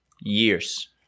years